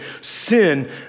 sin